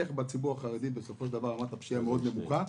איך בציבור החרדי הפשיעה מאוד נמוכה.